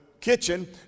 kitchen